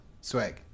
Swag